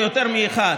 ויותר מאחד,